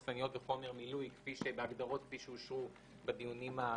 מחסניות וחומר מילוי בהגדרות כפי שאושרו בדיונים הקודמים.